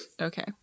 Okay